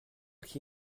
qui